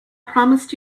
promised